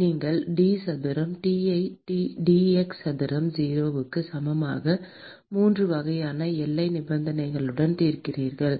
நீங்கள் d சதுரம் T ஐ d x சதுரம் 0 க்கு சமமாக 3 வகையான எல்லை நிபந்தனைகளுடன் தீர்க்கிறீர்கள்